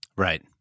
Right